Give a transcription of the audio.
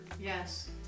Yes